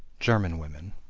german women.